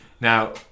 Now